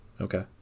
Okay